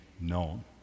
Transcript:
known